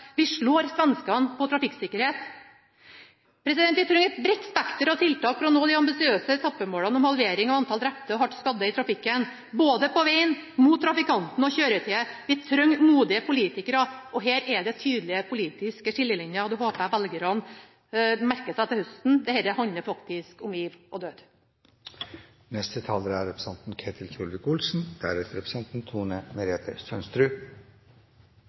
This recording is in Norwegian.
Council slår vi Sverige i det som er det aller viktigste, vi slår svenskene i trafikksikkerhet. Vi trenger et bredt spekter av tiltak for å nå de ambisiøse etappemålene om halvering av antall drepte og hardt skadde i trafikken – knyttet til vegen, trafikanten og kjøretøyet. Vi trenger modige politikere. Her er det tydelige politiske skillelinjer. Det håper jeg velgerne merker seg til høsten. Dette handler faktisk om liv og død.